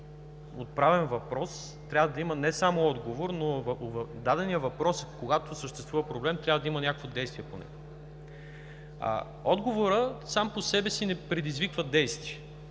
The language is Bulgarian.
отправен въпрос, трябва да има не само отговор, но и по дадения въпрос, когато съществува проблем, трябва да има някакви действия по него. Отговорът сам по себе си не предизвиква действие.